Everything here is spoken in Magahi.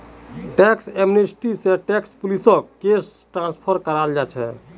टैक्स एमनेस्टी स टैक्स पुलिसक केस ट्रांसफर कराल जा छेक